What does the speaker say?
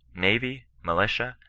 navy, miutia,